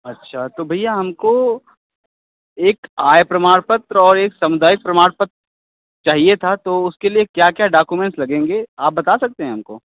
अच्छा तो भैया हमको एक आय प्रमाण पत्र और एक सामुदायिक प्रमाण पत्र चाहिये था तो उसके लिए क्या क्या डोकोमेंट्स लगेंगे आप बता सकते हैं हमको